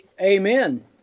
Amen